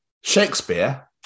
Shakespeare